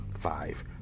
five